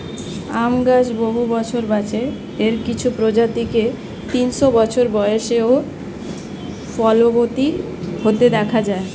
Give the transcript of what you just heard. আম গাছ বহু বছর বাঁচে, এর কিছু প্রজাতিকে তিনশো বছর বয়সেও ফলবতী হতে দেখা যায়